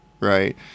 right